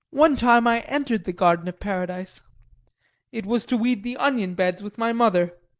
one time i entered the garden of paradise it was to weed the onion beds with my mother!